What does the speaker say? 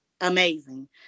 amazing